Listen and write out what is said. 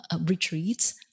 retreats